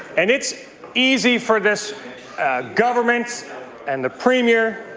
and it's easy for this government and the premier,